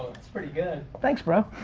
that's pretty good. thanks, bro.